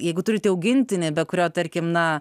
jeigu turite augintinį be kurio tarkim na